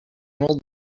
will